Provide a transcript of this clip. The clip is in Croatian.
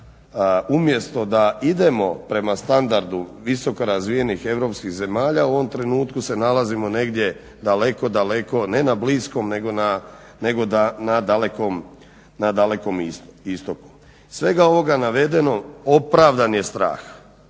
umjesto da idemo prema standardu visokorazvijenih europskih zemalja u ovom trenutku se nalazimo negdje daleko, daleko ne na Bliskom nego na Dalekom Istoku. Iz svega ovog navedenog opravdan je strah.